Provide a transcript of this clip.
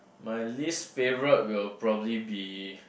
my least favourite will probably be